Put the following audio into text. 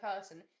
person